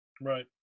right